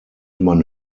man